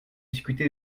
discuté